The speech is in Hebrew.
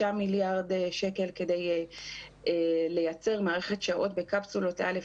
מיליארד שקל כדי לייצר מערכת שעות בקפסולות א',